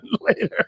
later